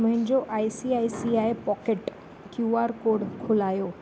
मुंहिजो I C I C I pocket QR code खोलायो